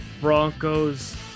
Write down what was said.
Broncos